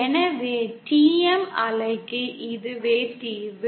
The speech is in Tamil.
எனவே TM அலைக்கு இதுவே தீர்வு